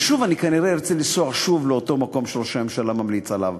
ואני כנראה ארצה לנסוע שוב לאותו מקום שראש הממשלה ממליץ עליו,